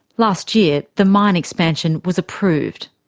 last year, the mine expansion was approved.